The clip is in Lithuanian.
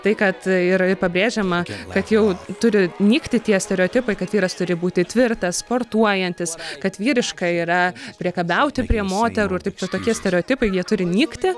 tai kad ir ir pabrėžiama kad jau turi nykti tie stereotipai kad vyras turi būti tvirtas sportuojantis kad vyriška yra priekabiauti prie moterų ir taip tie tokie stereotipai jie turi nykti